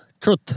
truth